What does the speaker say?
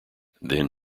then